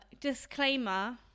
disclaimer